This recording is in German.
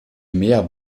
mehr